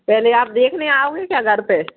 पहले आप देखने आओगे क्या घर पे